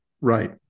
Right